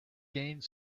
gained